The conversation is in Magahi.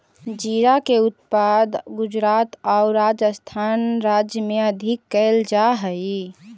जीरा के उत्पादन गुजरात आउ राजस्थान राज्य में अधिक कैल जा हइ